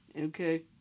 okay